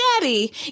daddy